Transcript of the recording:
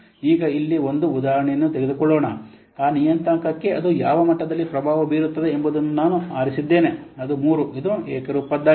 ಈಗ ಇಲ್ಲಿ ಒಂದು ಉದಾಹರಣೆಯನ್ನು ತೆಗೆದುಕೊಳ್ಳೋಣ ಆ ನಿಯತಾಂಕಕ್ಕೆ ಅದು ಯಾವ ಮಟ್ಟದಲ್ಲಿ ಪ್ರಭಾವ ಬೀರುತ್ತದೆ ಎಂಬುದನ್ನು ನಾನು ಆರಿಸಿದ್ದೇನೆ ಅದು 3 ಇದು ಏಕರೂಪದ್ದಾಗಿರುತ್ತದೆ